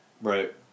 Right